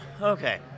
Okay